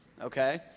okay